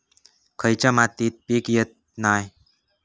खयच्या मातीत पीक येत नाय?